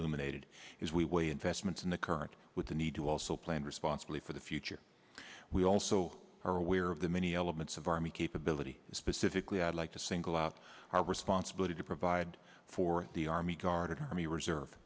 ated is we way investments in the current with the need to also plan responsibly for the future we also are aware of the many limits of army capability specifically i'd like to single out our responsibility to provide for the army guard army reserve